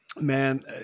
Man